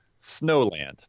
Snowland